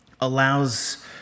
allows